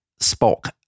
Spock